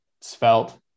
svelte